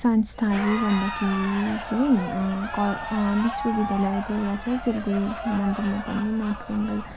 संस्थाहरू भन्दाखेरि चाहिँ कल विश्वविद्यालय त एउटा छ सिलगढी शिव मन्दिरमा पनि नर्थ बेङ्गल